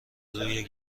روی